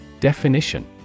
Definition